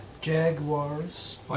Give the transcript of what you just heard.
Jaguars